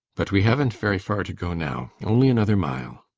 but we haven't very far to go now only another mile.